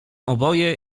oboje